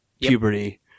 puberty